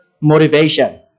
motivation